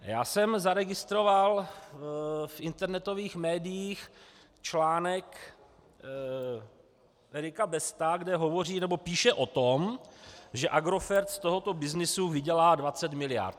Já jsem zaregistroval v internetových médiích článek Erika Besta, kde hovoří, nebo píše o tom, že Agrofert z tohoto byznysu vydělá 20 miliard.